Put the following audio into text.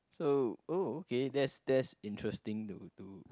so oh okay that's that's interesting to to